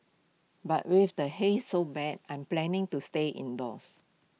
but with the haze so bad I'm planning to stay indoors